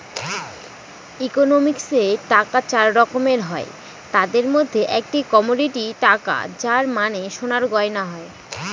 ইকোনমিক্সে টাকা চার রকমের হয় তাদের মধ্যে একটি কমোডিটি টাকা যার মানে সোনার গয়না হয়